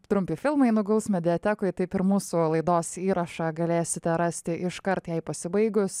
trumpi filmai nuguls mediatekoj taip ir mūsų laidos įrašą galėsite rasti iškart jai pasibaigus